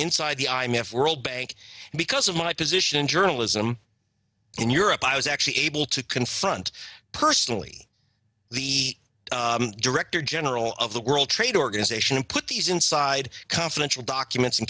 inside the i m f world bank because of my position in journalism in europe i was actually able to confront personally the director general of the world trade organization and put these inside confidential documents and